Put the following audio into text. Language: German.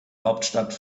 hauptstadt